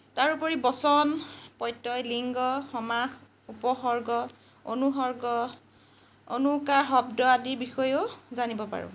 ইয়াৰ উপৰি বচন প্ৰত্যয় লিংগ সমাস উপসৰ্গ অনুসৰ্গ অনুকাৰ শব্দ আদি বিষয়েও জানিব পাৰোঁ